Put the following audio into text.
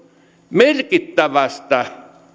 merkittävästä